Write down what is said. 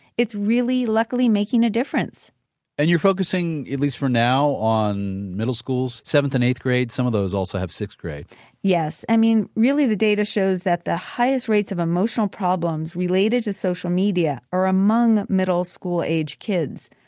it's really, luckily, making a difference and you're focusing, at least for now, on middle schools, seventh and eighth grade? some of those also have sixth grade yes. i mean, really the data shows that the highest rates of emotional problems related to social media are among middle school-age kids.